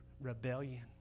rebellion